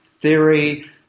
theory